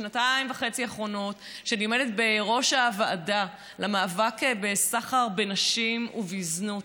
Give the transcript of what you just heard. בשנתיים האחרונות אני עומדת בראש הוועדה למאבק בסחר בנשים ובזנות,